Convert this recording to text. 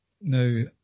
Now